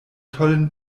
tollen